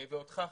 ואותך,